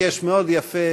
שביקש מאוד יפה